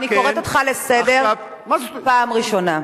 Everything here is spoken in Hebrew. אני קוראת אותך לסדר פעם ראשונה.